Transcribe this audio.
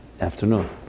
afternoon